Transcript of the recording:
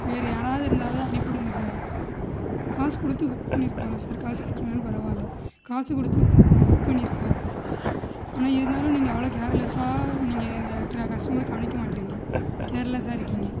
வேற யாரவது இருந்தாவது அனுப்பி விடுங்க சார் காசு கொடுத்து புக் பண்ணியிருக்கோன்ல சார் காசு கொடுக்கலனா பரவாயில்ல காசு கொடுத்து புக் பண்ணியிருக்கோம் ஆனால் இருந்தாலும் நீங்கள் அவ்வளோ கேர்லெஸாக நீங்கள் எங்கள் ட்ர கஸ்டமர் கவனிக்க மாட்டேறிங்க கேர்லெஸாக இருக்கிங்க